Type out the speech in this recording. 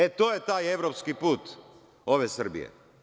E, to je taj evropski put ove Srbije.